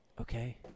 Okay